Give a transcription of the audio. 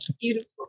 beautiful